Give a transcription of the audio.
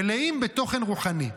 מלאים בתוכן רוחני.